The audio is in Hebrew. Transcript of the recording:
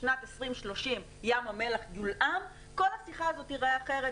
שבשנת 2030 ים המלח יולאם כל השיחה הזו תיראה אחרת.